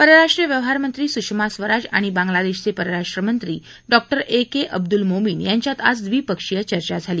परराष्ट्र व्यवहार मंत्री सुषमा स्वराज आणि बांगलादेशाचे परराष्ट्र मंत्री Dr A K Abdul Momen यांच्यात आज द्वीपक्षीय चर्चा झाली